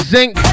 Zinc